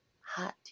hot